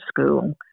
school